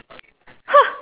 !huh!